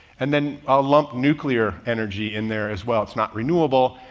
and then i'll lump nuclear energy in there as well. it's not renewable,